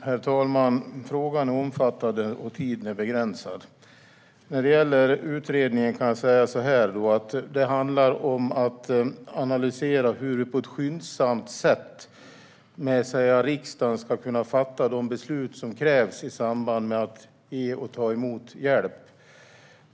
Herr talman! Frågan är omfattande, och tiden är begränsad. När det gäller utredningen handlar det om att analysera hur man på ett skyndsamt sätt med riksdagen ska kunna fatta de beslut som krävs i samband med att ge och ta emot hjälp.